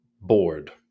bored